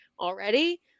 already